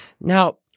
Now